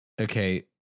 okay